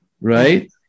right